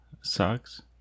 sucks